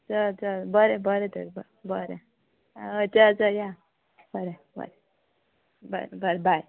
चल चल बरें बरें तर बरें हय चल तर या बरें बरें बरें बरें बाय